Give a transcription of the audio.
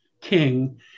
king